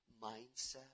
mindset